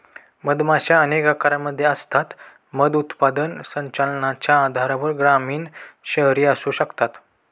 मधमाशा अनेक आकारांमध्ये असतात, मध उत्पादन संचलनाच्या आधारावर ग्रामीण, शहरी असू शकतात